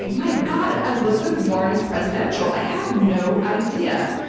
my god, elizabeth warren is presidential. i had no idea.